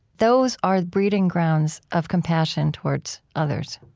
those are the breeding grounds of compassion towards others.